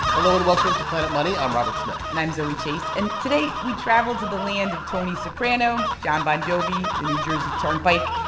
hello, and welcome to planet money. i'm robert smith and i'm zoe chace. and today we traveled to the land of tony soprano, jon bon jovi, the new jersey turnpike.